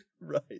Right